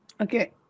Okay